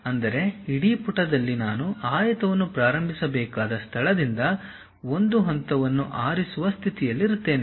ಅಂದರೆ ಇಡೀ ಪುಟದಲ್ಲಿ ನಾನು ಆಯತವನ್ನು ಪ್ರಾರಂಭಿಸಬೇಕಾದ ಸ್ಥಳದಿಂದ ಒಂದು ಹಂತವನ್ನು ಆರಿಸುವ ಸ್ಥಿತಿಯಲ್ಲಿರುತ್ತೇನೆ